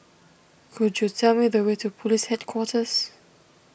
could you tell me the way to Police Headquarters